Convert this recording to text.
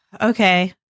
Okay